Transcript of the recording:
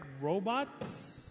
Robots